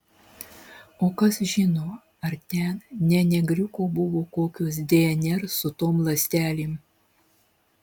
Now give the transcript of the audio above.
o kas žino ar ten ne negriuko buvo kokios dnr su tom ląstelėm